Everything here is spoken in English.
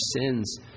sins